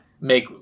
make